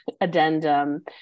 addendum